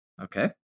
Okay